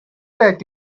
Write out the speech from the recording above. that